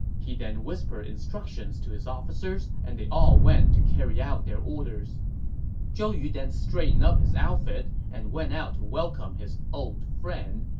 he then whispered instructions to his officers, and they all went to carry out their orders zhou yu then straightened up his outfit and went out to welcome his old friend,